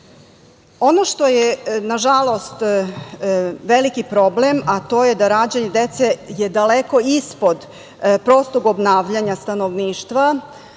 što je, na žalost, veliki problem, a to je da je rađanje dece daleko ispod prostog obnavljanja stanovništva,